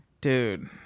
dude